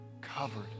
covered